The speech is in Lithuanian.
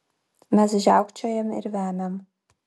mes žiaukčiojam ir vemiam